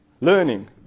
learning